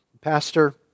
Pastor